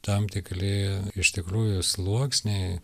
tam tikri iš tikrųjų sluoksniai